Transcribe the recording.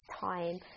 time